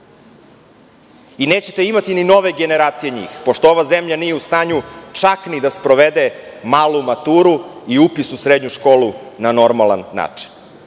i nećete imati ni nove generacije njih, pošto ova zemlja nije u stanju čak ni da sprovede malu maturu i upis u srednju školu na normalan način. Dok